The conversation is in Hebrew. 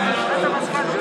ההצבעה.